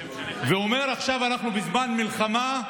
והוא אמר: עכשיו אנחנו בזמן מלחמה,